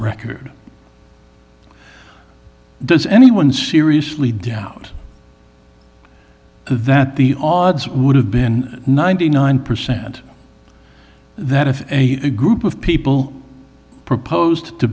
record does anyone seriously doubt that the odds would have been ninety nine percent that if a group of people proposed to